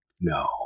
no